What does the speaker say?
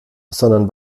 sondern